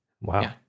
Wow